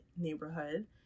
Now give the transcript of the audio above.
neighborhood